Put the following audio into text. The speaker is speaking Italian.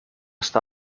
sua